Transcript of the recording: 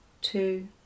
two